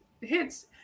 hits